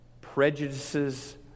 prejudices